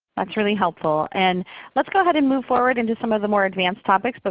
that's really helpful. and let's go ahead and move forward and do some of the more advanced topics. but